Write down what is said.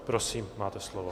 Prosím, máte slovo.